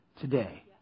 today